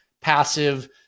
passive